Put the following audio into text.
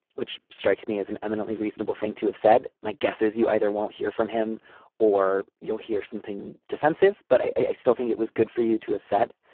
which strikes me as an eminently reasonable thing to have said. my guess is you either won't hear from him or you'll hear something defensive but i still think it was good for you to have said.